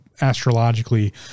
Astrologically